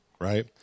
right